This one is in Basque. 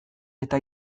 eta